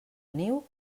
niu